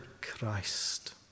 Christ